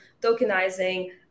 tokenizing